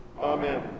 Amen